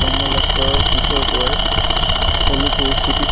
জন্ম লাভ কৰাৰ পিছৰ পৰাই সকলো পৰিস্থিতিত